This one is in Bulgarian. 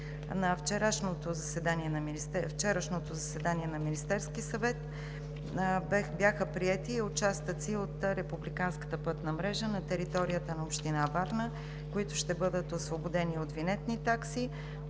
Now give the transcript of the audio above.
На вчерашното заседание на Министерския съвет бяха приети участъците от републиканската пътна мрежа на територията на община Варна, които ще бъдат освободени от винетни такси.